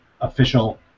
official